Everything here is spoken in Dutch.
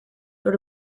door